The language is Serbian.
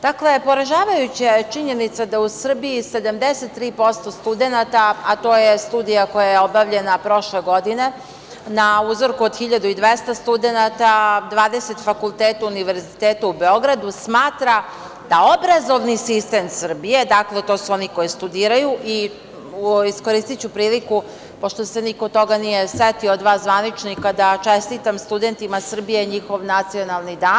Dakle, poražavajuća je činjenica da u Srbiji 73% studenata, a to je studija koja je obavljena prošle godine na uzorku od 1.200 studenata, 20 fakulteta Univerziteta u Beogradu, smatra da obrazovni sistem Srbije, dakle, to su oni koji studiraju i iskoristiću priliku pošto se niko toga nije setio od vas zvaničnika da čestitam studentima Srbije njihov nacionalni dan.